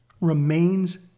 Remains